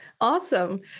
Awesome